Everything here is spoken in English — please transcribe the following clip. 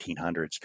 1800s